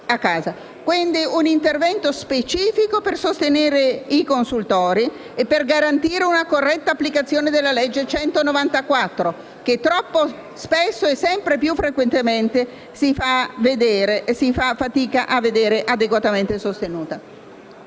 dunque un intervento specifico per sostenere i consultori e garantire una corretta applicazione della legge n. 194, che troppo spesso e sempre più frequentemente fa fatica ad essere adeguatamente sostenuta.